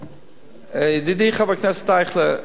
ידידי חבר הכנסת אייכלר,